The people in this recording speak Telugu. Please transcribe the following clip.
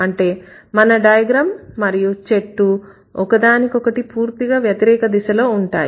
అంటే మన డయాగ్రమ్ మరియు చెట్టు ఒకదానికొకటి పూర్తిగా వ్యతిరేక దిశలో ఉంటాయి